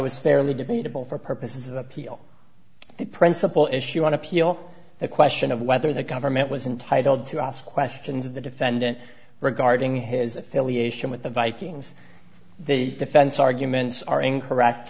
was fairly debatable for purposes of appeal the principal issue on appeal the question of whether the government was intitled to ask questions of the defendant regarding his affiliation with the vikings the defense arguments are incorrect